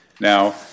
Now